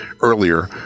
earlier